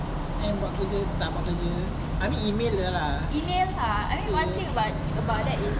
then what to do tak buat kerja I mean email jer lah sale